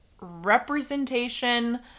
representation